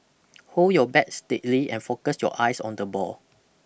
hold your bat steadly and focus your eyes on the ball